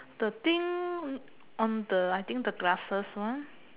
the thing on the I think on the glasses one